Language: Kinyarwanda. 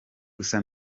gusa